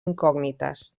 incògnites